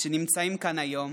שנמצאים כאן היום,